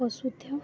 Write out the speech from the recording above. ଅସୁସ୍ଥ